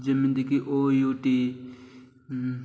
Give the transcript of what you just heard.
ଯେମିତି କି O U A T